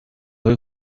های